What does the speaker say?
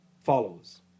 follows